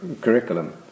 curriculum